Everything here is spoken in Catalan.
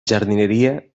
jardineria